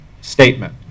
statement